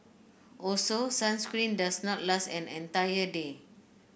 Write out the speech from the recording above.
also sunscreen does not last an entire day